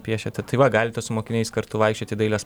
piešiate tai va galite su mokiniais kartu vaikščiot į dailės pamokas